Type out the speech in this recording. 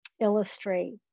illustrate